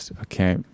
Okay